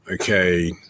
Okay